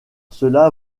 cela